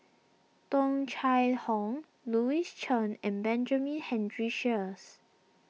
Tung Chye Hong Louis Chen and Benjamin Henry Sheares